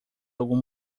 algum